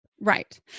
Right